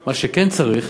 מה שכן צריך